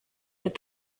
that